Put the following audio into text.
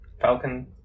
Falcon